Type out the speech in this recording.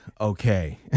Okay